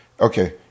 okay